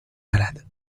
malades